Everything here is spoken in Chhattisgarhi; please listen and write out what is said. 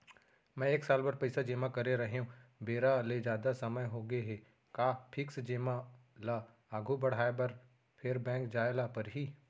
मैं एक साल बर पइसा जेमा करे रहेंव, बेरा ले जादा समय होगे हे का फिक्स जेमा ल आगू बढ़ाये बर फेर बैंक जाय ल परहि?